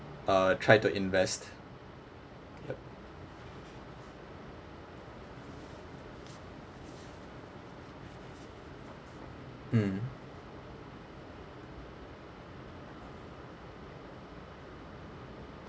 uh try to invest yup mm